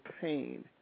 pain